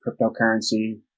cryptocurrency